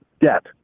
debt